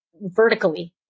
vertically